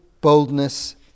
boldness